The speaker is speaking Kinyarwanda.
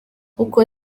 uko